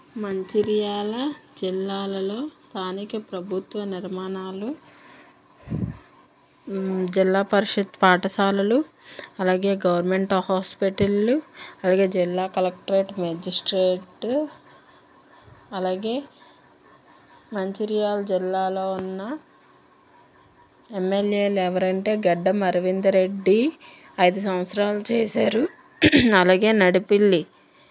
మంచిర్యాల జిల్లాలలో స్థానిక ప్రభుత్వ నిర్మాణాలు జిల్లా పరిషత్ పాఠశాలలు అలాగే గవర్నమెంట్ హాస్పిటల్లు అలాగే జిల్లా కలెక్టరేట్ మెజిస్ట్రేట్ అలాగే మంచిర్యాల జిల్లాలో ఉన్న ఎంఎల్ఏలు ఎవరంటే గడ్డం అరవిందరెడ్డి ఐదు సంవత్సరాలు చేశారు అలాగే నడిపిల్లి